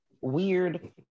weird